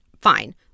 fine